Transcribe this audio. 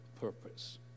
purpose